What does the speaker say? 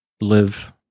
live